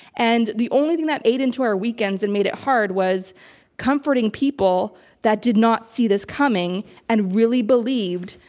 and the only thing that ate into our weekends and made it hard was comforting people that did not see this coming and really believed,